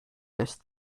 lässt